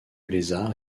lézard